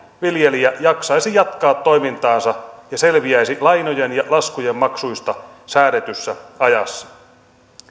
viljelijä jaksaisi jatkaa toimintaansa ja selviäisi lainojen ja laskujen maksuista säädetyssä ajassa